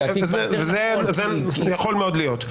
יכול מאוד להיות.